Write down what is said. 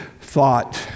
thought